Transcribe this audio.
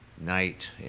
night